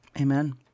Amen